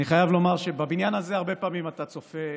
אני חייב לומר שבבניין הזה הרבה פעמים אתה צופה,